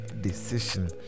decision